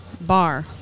Bar